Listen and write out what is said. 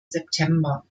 september